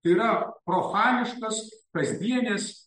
yra profaniškas kasdienės